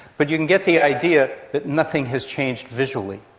but you can get the idea that nothing has changed visually.